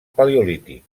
paleolític